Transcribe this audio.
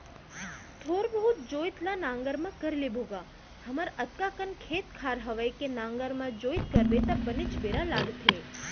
थोर बहुत जोइत ल नांगर म कर लेबो गा हमर अतका कन खेत खार हवय के नांगर म जोइत करबे त बनेच बेरा लागथे